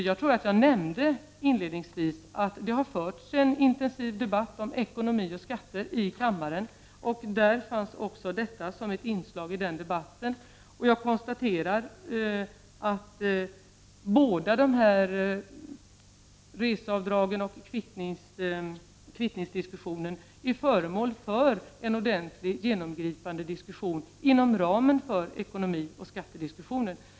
Jag tror att jag inledningsvis nämnde att det har förts en intensiv debatt om ekonomi och skatter i kammaren. Som ett inslag i den debatten fanns också detta. Jag konstaterar att både reseavdragen och kvittningsdiskussionen är föremål för en ordentlig genomgripande diskussion inom ramen för ekonomioch skattediskussionen.